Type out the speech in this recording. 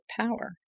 power